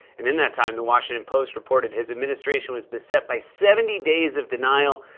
and in that time, the washington post reported his administration was beset by seventy days of denial,